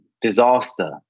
disaster